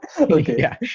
Okay